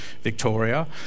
Victoria